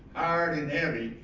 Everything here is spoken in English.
hard and heavy,